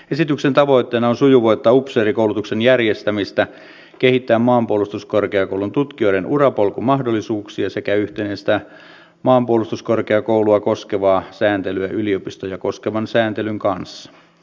esityksen tavoitteena on sujuvoittaa upseerikoulutuksen järjestämistä kehittää maanpuolustuskorkeakoulun tutkijoiden urapolkumahdollisuuksia sekä yhtenäistää maanpuolustuskorkeakoulua koskevaa sääntelyä yliopistoja koskevan sääntelyn kanssa